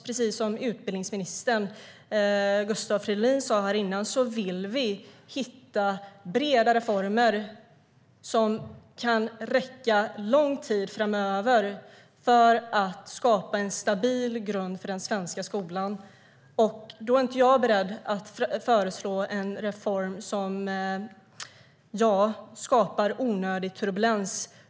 Precis som utbildningsminister Gustav Fridolin sa vill vi hitta breda reformer som kan räcka under lång tid framöver och skapa en stabil grund för den svenska skolan. Då är jag inte beredd att föreslå en reform som skapar onödig turbulens.